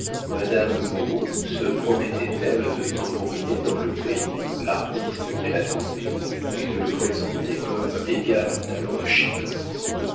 madame moreau se promettait elle de tambouriner dans le pays l'artiste qu'elle attendait et de le présenter comme égal en talent à